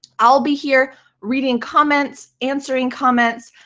i'll be here reading comments, answering comments,